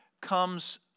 comes